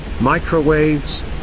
Microwaves